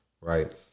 right